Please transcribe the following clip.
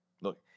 Look